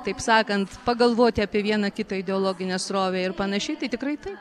taip sakant pagalvoti apie vieną kitą ideologinę srovę ir panašiai tai tikrai taip